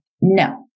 No